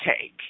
take